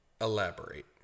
Elaborate